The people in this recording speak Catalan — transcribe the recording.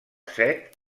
set